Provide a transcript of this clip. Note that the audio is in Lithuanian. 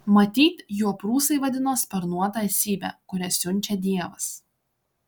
matyt juo prūsai vadino sparnuotą esybę kurią siunčia dievas